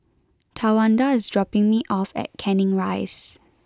Tawanda is dropping me off at Canning Rise